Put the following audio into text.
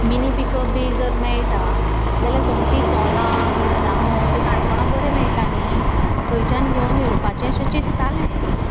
mini pickup बी जर मेळटा जाल्यार सोमतीं सोलां मिरसांगो ते काणकोणां बरें मेळटा न्ही थंयच्यान घेवन येवपाचें शें चित्तालें